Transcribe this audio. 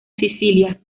sicilia